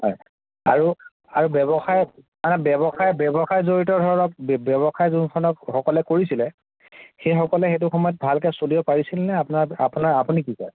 হয় আৰু আৰু ব্যৱসায় মানে ব্যৱসায় ব্যৱসায় জড়িত ধৰক ব্যৱসায় যোনখন যোনসকলে কৰিছিলে সেইসকলে সেইটো সময়ত ভালকৈ চলিব পাৰিছিলনে নে আপোনাৰ আপোনাৰ আপুনি কি কয়